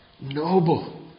noble